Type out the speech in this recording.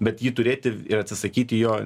bet jį turėti ir atsisakyti jo